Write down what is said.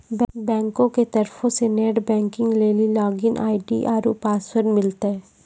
बैंको के तरफो से नेट बैंकिग लेली लागिन आई.डी आरु पासवर्ड मिलतै